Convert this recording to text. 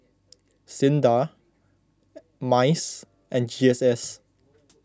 Sinda Mice and G S S